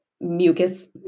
mucus